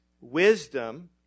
Wisdom